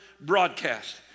broadcast